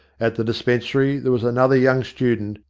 at the dispensary there was another young student,